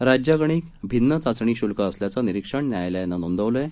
राज्यागणिक भिन्न चाचणी शुल्क असल्याचं निरीक्षण न्यायालयानं नोंदवलं आहे